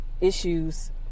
issues